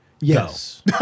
Yes